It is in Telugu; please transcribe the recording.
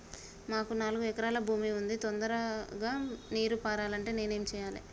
మాకు నాలుగు ఎకరాల భూమి ఉంది, తొందరగా నీరు పారాలంటే నేను ఏం చెయ్యాలే?